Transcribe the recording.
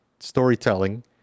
Storytelling